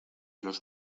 los